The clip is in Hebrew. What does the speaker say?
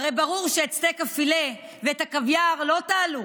הרי ברור שאת סטייק הפילה ואת הקוויאר לא תעלו,